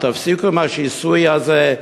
תפסיקו עם השיסוי הזה,